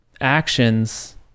actions